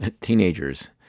teenagers